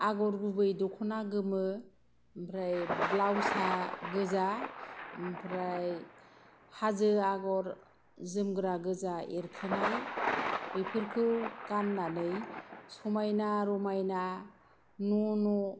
आगर गुबै दखना गोमो ओमफ्राय ब्लाउसआ गोजा ओमफ्राय हाजो आगर जोमग्रा गोजा एरखोनाय बेफोरखौ गाननानै समायना रमायना न' न'